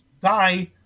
die